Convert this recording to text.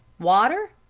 water?